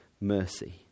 mercy